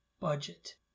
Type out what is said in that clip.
budget